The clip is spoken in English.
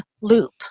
loop